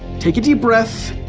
take a deep breath,